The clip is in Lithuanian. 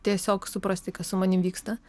tiesiog suprasti kas su manim vyksta